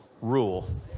rule